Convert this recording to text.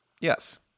Yes